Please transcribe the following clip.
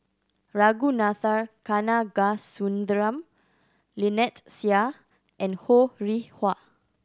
Ragunathar Kanagasuntheram Lynnette Seah and Ho Rih Hwa